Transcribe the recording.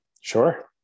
Sure